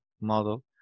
model